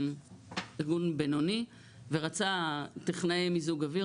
ארגון בינוני שרצה טכנאי מיזוג אויר,